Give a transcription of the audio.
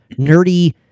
nerdy